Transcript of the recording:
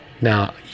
now